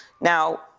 Now